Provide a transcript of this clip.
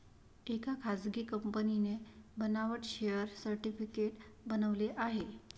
एका खासगी कंपनीने बनावट शेअर सर्टिफिकेट बनवले आहे